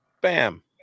Bam